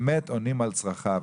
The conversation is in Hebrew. באמת עונים על צרכיו.